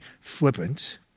flippant